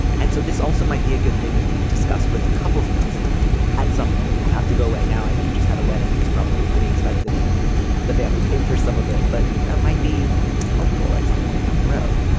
and so this also might be a good thing to discuss with a couples counselor at some point you don't have to go right now i know you just had a wedding it was probably pretty expensive even if the family paid for some of it but that might be helpful at some point down the road.